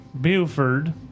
Buford